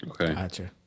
Okay